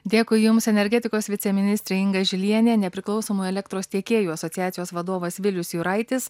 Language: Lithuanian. dėkui jums energetikos viceministrė inga žilienė nepriklausomų elektros tiekėjų asociacijos vadovas vilius jūraitis